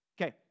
Okay